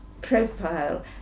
profile